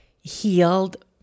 healed